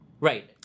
right